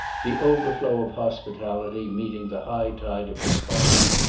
the overflow of hospitality meeting the high tide of response,